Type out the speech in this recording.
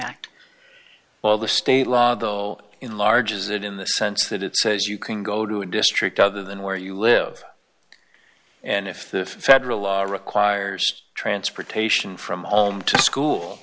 act well the state law though enlarges it in the sense that it says you can go to a district other than where you live and if the federal law requires transportation from home to school